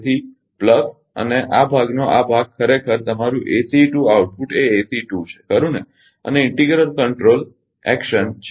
તેથી વત્તા અને આ ભાગનો આ ભાગ ખરેખર તમારું ACE 2 આઉટપુટ એ એસીઇ 2 છે ખરુ ને અને integral control integral control action છે